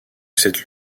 cette